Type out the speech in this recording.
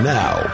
now